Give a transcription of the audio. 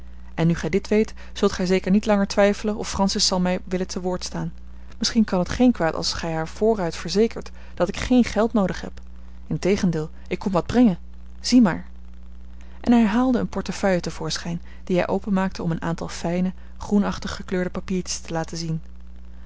en nu gij dit weet zult gij zeker niet langer twijfelen of francis zal mij willen te woord staan misschien kan het geen kwaad als gij haar vooruit verzekert dat ik geen geld noodig heb integendeel ik kom wat brengen zie maar en hij haalde eene portefeuille te voorschijn die hij openmaakte om een aantal fijne groenachtig gekleurde papiertjes te laten zien